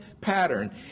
pattern